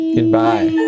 Goodbye